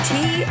Tea